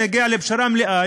נגיע לפשרה מלאה.